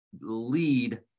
lead